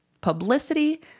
publicity